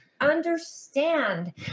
understand